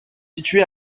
situé